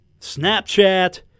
Snapchat